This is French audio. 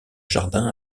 jardin